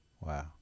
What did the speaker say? Wow